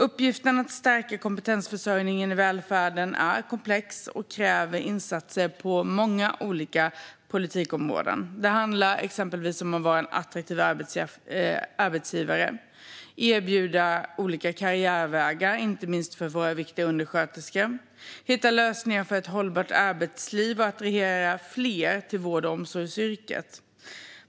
Uppgiften att stärka kompetensförsörjningen i välfärden är komplex och kräver insatser inom många olika politikområden. Det handlar exempelvis om att vara en attraktiv arbetsgivare, erbjuda olika karriärvägar för inte minst våra viktiga undersköterskor, hitta lösningar för ett hållbart arbetsliv och attrahera fler till vård och omsorgsyrket.